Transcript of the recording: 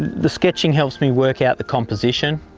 the sketching helps me work out the composition.